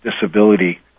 disability